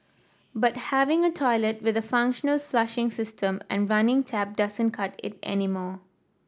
but having a toilet with a functional flushing system and running tap doesn't cut it anymore